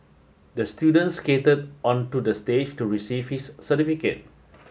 the student skated onto the stage to receive his certificate